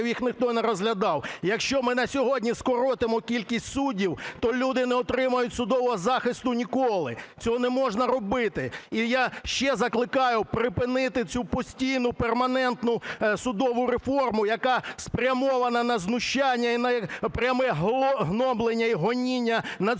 Якщо ми на сьогодні скоротимо кількість суддів, то люди не отримають судового захисту ніколи. Цього не можна робити. І я ще закликаю припинити цю постійну перманентну судову реформу, яка спрямована на знущання і на пряме гноблення і гоніння над